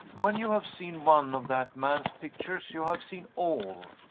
when you have seen one of that man's pictures, you have seen all.